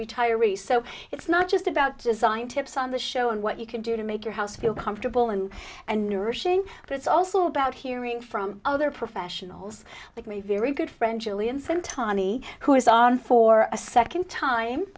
retirees so it's not just about design tips on the show and what you can do to make your house feel comfortable in a nursing but it's also about hearing from other professionals like me a very good friend julian centanni who is on for a second time